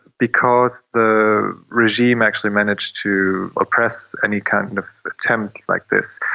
because the regime actually managed to oppress any kind of attempt like this.